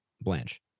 Blanche